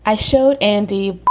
i showed andi